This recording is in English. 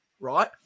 right